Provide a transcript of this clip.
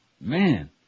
Man